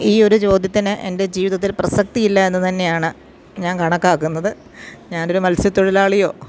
ഈ ഒരു ചോദ്യത്തിന് എൻ്റെ ജീവിതത്തിൽ പ്രസക്തിയില്ല എന്നു തന്നെയാണ് ഞാൻ കണക്കാക്കുന്നത് ഞാനൊരു മത്സ്യത്തൊഴിലാളിയോ